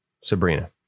sabrina